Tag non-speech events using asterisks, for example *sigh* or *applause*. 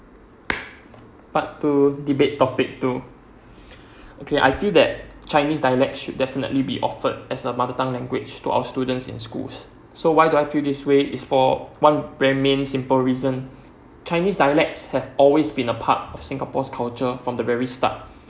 *noise* part two debate topic two okay I feel that chinese dialect should definitely be offered as a mother tongue language to our students in schools so why do I feel this way is for one very main simple reason chinese dialects have always been a part of singapore's culture from the very start